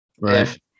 Right